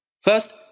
First